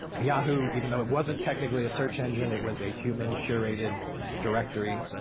yahoo! even though it wasn't technically a search engine, it was a human curated directory,